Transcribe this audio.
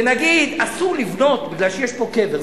ונגיד: אסור לבנות, כי יש פה קבר.